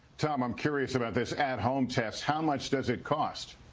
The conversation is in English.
tom, i'm curious about this at-home test. how much does it cost?